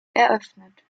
eröffnet